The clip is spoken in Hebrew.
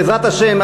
בעזרת השם,